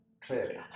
clearly